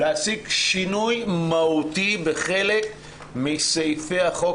להשיג שינוי מהותי בחלק מסעיפי החוק,